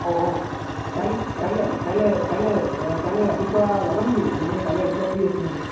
অঁ অঁ কাইল্ কাইলৈ কাইলৈ কাইলৈ কাইলৈ ৰাতিপুৱা যাবা নেকি মানে কাইলৈ ৰাতিপুৱা ফ্ৰী আছোঁ মানে